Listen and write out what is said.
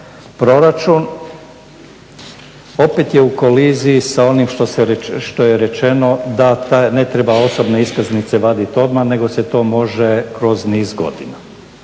proračun opet je u koliziji sa onim što je rečeno da ne treba osobne iskaznice vaditi odmah nego se to može kroz niz godina